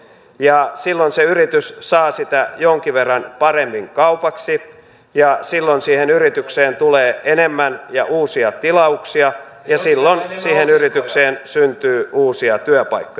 ja silloin se yritys saa sitä jonkin verran paremmin kaupaksi ja silloin siihen yritykseen tulee enemmän ja uusia tilauksia ja silloin siihen yritykseen syntyy uusia työpaikkoja